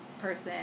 person